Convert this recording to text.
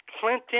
Clinton